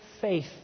faith